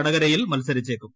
വടകരയിൽ മത്സരിച്ചേക്കും